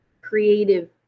creative